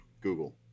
Google